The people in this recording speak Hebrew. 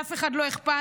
לאף אחד לא אכפת,